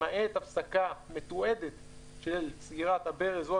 למעט הפסקה מתועדת של סגירת הברז,